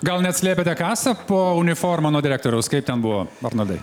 gal net slėpėte kasą po uniforma nuo direktoriaus kaip ten buvo arnoldai